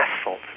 asphalt